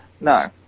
no